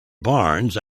barnes